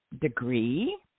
degree